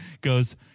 goes